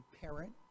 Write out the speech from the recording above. parent